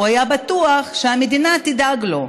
הוא היה בטוח שהמדינה תדאג לו.